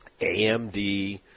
AMD